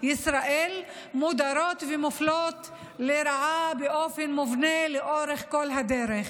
ישראל מודרות ומופלות לרעה באופן מובנה לאורך כל הדרך.